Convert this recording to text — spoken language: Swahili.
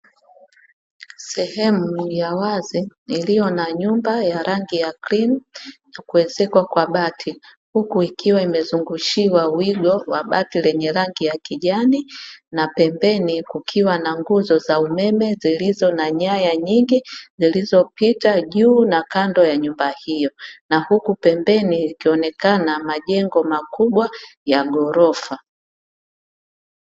Sehemu ya wazi iliyo na nyumba ya rangi ya cream, kuezekwa kwa bati huku ikiwa imezungushiwa wigo wa bati lenye rangi ya kijani na pembeni kukiwa na nguzo za umeme zilizo na nyaya nyingi zilizopita juu na kando ya nyumba hio, na huku pembeni ikionekana majengo makubwa ya gorofa.